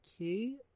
okay